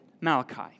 Malachi